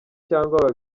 cyangwa